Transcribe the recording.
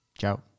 Ciao